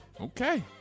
Okay